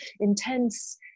intense